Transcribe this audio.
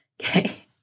Okay